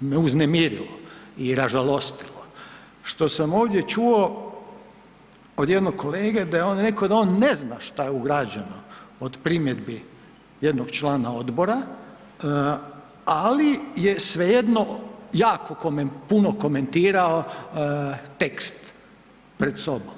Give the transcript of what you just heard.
me uznemirilo i ražalostilo što sam ovdje čuo od jednog kolege, da je on rekao da on ne zna što je ugrađeno od primjedbi jednog člana odbora, ali je svejedno jako puno komentirao tekst pred sobom.